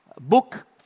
book